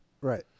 Right